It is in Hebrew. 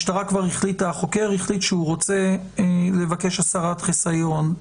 החוקר כבר החליט שהוא רוצה לבקש הסרת חיסיון,